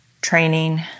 training